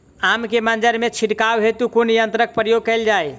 आम केँ मंजर मे छिड़काव हेतु कुन यंत्रक प्रयोग कैल जाय?